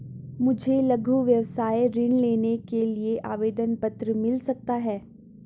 मुझे लघु व्यवसाय ऋण लेने के लिए आवेदन पत्र मिल सकता है?